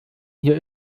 hier